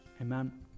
amen